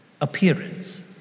appearance